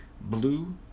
blue